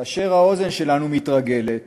כאשר האוזן שלנו מתרגלת